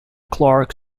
clarke